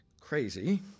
crazy